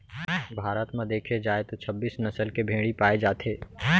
भारत म देखे जाए तो छब्बीस नसल के भेड़ी पाए जाथे